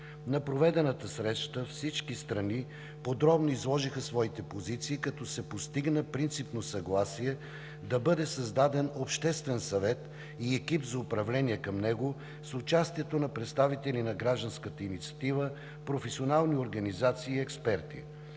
На проведената среща всички страни подробно изложиха своите позиции, като се постигна принципно съгласие да бъде създаден обществен съвет и екип за управление към него с участието на представители на гражданската инициатива, професионални организации и експерти.